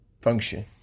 function